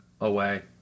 away